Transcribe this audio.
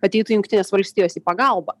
ateitų jungtinės valstijos į pagalbą